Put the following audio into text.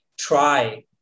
try